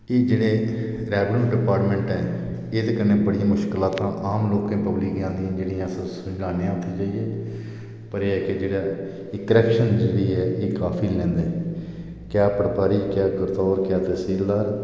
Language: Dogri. एह् जेह्ड़े रेवन्यू डिपार्टमैंट ऐ एह्दे कन्नै मुशकलातां बड़ियां पब्लिक गी जेह्ड़ियां अस सुलझाने उत्थै जाइयै पर एह् ऐ कि जेह्ड़ा करप्शन जेह्ड़ी ऐ एह् काफी लैंदे क्या पटवारी क्या गरदौर क्या तहसीलदार